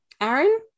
Aaron